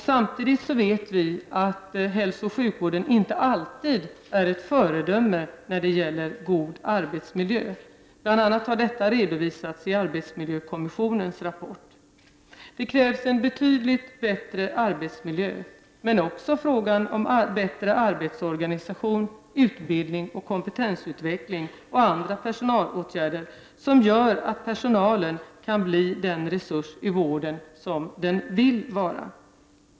Samtidigt vet vi att hälsooch sjukvården inte alltid är ett föredöme när det gäller god arbetsmiljö. Bl.a. har detta redovisats i arbetsmiljökommissionens rapport. Det krävs en betydligt bättre arbetsmiljö, men också bättre arbetsorganisation, utbildning och kompetensutveckling samt andra personalåtgärder, som gör att personalen kan bli den resurs i vården som den vill vara.